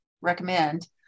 recommend